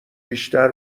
بیشتر